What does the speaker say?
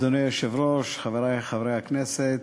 אדוני היושב-ראש, חברי חברי הכנסת,